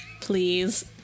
Please